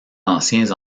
anciens